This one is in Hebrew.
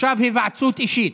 עכשיו היוועצות אישית.